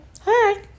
Hi